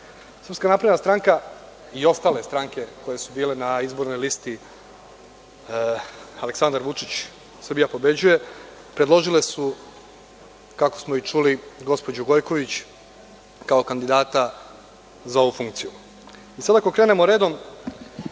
Srpska napredna stranka i ostale stranke koje su bile na izbornoj listi „Aleksandar Vučić – Srbija pobeđuje“, predložile su, kako smo i čuli, gospođu Gojković kao kandidata za ovu funkciju. Sad, ako krenemo redom,